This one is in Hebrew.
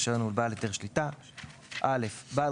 לבעל רישיון ולבעל היתר שליטה 20. (א) בעל